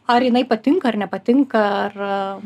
ar jinai patinka ar nepatinka ar